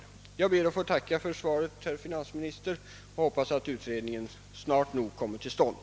Jag ber att få tacka finansministern för svaret och hoppas att utredningen snart kommer till stånd.